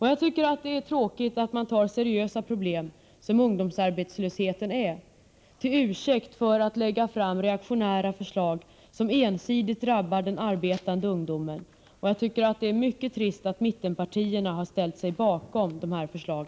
Jag tycker att det är tråkigt att man tar seriösa problem, som ungdomsarbetslösheten är, till ursäkt för att lägga fram reaktionära förslag som ensidigt drabbar den arbetande ungdomen — och jag tycker att det är mycket trist att mittenpartierna ställt sig bakom dessa förslag.